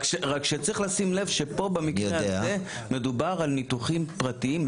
רק שצריך לשים לב שפה במקרה הזה מדובר על ניתוחים פרטיים,